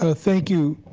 ah thank you,